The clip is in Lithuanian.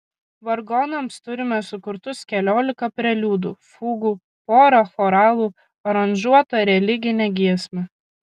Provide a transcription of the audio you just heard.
vargonams turime sukurtus keliolika preliudų fugų porą choralų aranžuotą religinę giesmę